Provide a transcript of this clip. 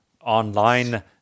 online